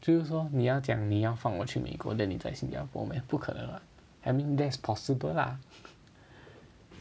就是说你要讲你要放我去美国 then 你在新加坡 meh 不可能 [what] I mean that's possible lah